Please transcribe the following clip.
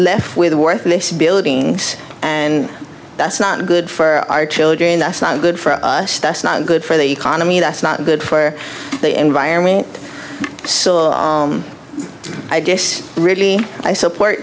left with a worthless buildings and that's not good for our children that's not good for us that's not good for the economy that's not good for the environment so i guess really i support